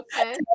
okay